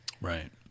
Right